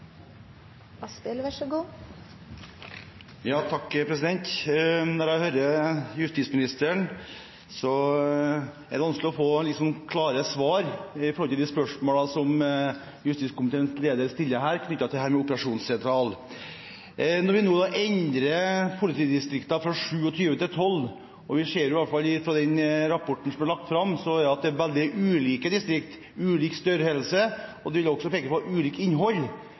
vanskelig å få klare svar på de spørsmålene som justiskomiteens leder stiller om operasjonssentral. Når man nå skal endre antallet politidistrikter fra 27 til 12, og når vi ser – i hvert fall i den rapporten som ble lagt fram – at det blir veldig ulike distrikter, med ulik størrelse, og man peker også på ulikt innhold,